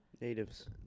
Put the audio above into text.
Natives